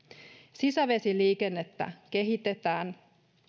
sisävesiliikennettä kehitetään